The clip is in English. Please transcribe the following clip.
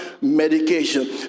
medication